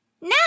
Now